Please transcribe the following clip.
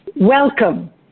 Welcome